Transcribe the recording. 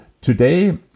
today